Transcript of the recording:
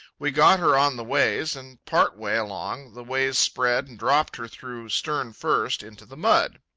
we got her on the ways, and, part way along, the ways spread and dropped her through, stern-first, into the mud.